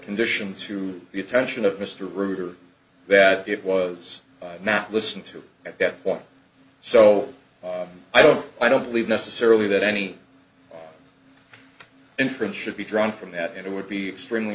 condition to the attention of mr rooter that it was not listened to at that point so i don't i don't believe necessarily that any inference should be drawn from that and it would be extremely